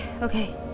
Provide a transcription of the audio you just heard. okay